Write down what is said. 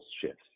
shifts